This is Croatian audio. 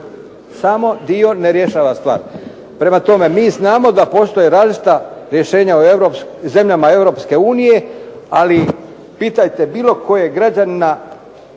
Samo dio ne rješava stvar. prema tome, mi znamo da postoje različita rješenje u zemljama EU, ali pitajte bilo kojeg građanina